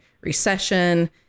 recession